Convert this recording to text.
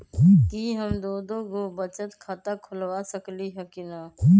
कि हम दो दो गो बचत खाता खोलबा सकली ह की न?